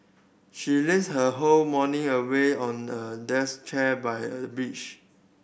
she lazed her whole morning away on a chair by a beach